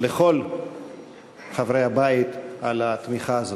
לכל חברי הבית על התמיכה הזאת.